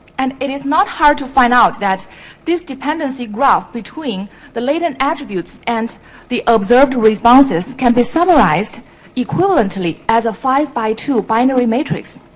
and it is not hard to find out that this dependency graph between the latent attributes and the observed responses can be subtilized equivalently as a five by two binary matrix.